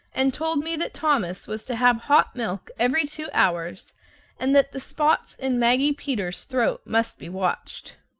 and told me that thomas was to have hot milk every two hours and that the spots in maggie peters's throat must be watched.